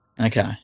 Okay